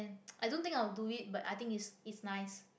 I don't think I will do it but I think it's it's nice